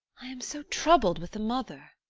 i am so troubled with the mother!